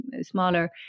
smaller